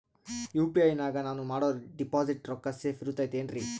UPI ನಾಗ ನಾನು ಮಾಡೋ ಡಿಪಾಸಿಟ್ ರೊಕ್ಕ ಸೇಫ್ ಇರುತೈತೇನ್ರಿ?